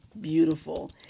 beautiful